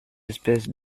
espèces